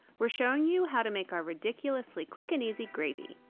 we're showing you how to make our ridiculously quick and easy gravy.